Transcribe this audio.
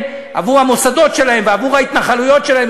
עבור המוסדות שלהם ועבור ההתנחלויות שלהם,